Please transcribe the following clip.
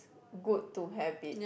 good to have it